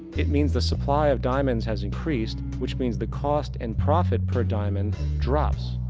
it means the supply of diamonds has increased, which means the cost and profit per diamond drops.